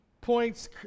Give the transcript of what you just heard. points